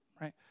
right